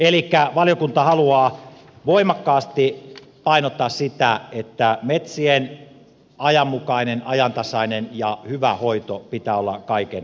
elikkä valiokunta haluaa voimakkaasti painottaa sitä että metsien ajanmukaisen ajantasaisen ja hyvän hoidon pitää olla kaiken lähtökohtana